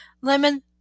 Lemon